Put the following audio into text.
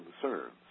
concerns